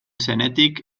zenetik